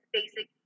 basic